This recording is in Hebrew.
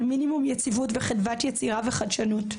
מינימום יציבות וחדוות יצירה וחדשנות,